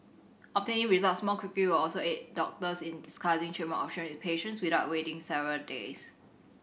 obtaining results more quickly will also aid doctors in discussing treatment option with patients without waiting several days